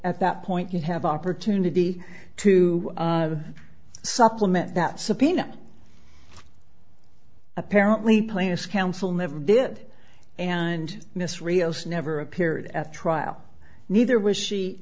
at that point you have opportunity to supplement that subpoena apparently plaintiff's counsel never did and miss rios never appeared at trial neither was she